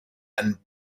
and